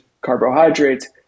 carbohydrates